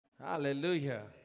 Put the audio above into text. Hallelujah